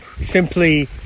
simply